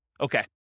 Okay